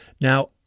Now